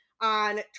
on